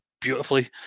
beautifully